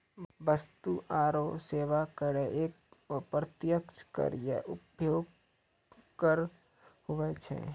वस्तु आरो सेवा कर एक अप्रत्यक्ष कर या उपभोग कर हुवै छै